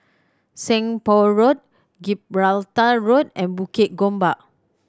Seng Poh Road Gibraltar Road and Bukit Gombak